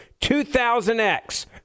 2000X